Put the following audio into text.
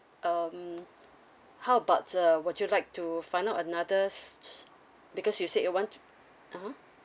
um how about uh would you like to find out anothers because you said you want (uh huh)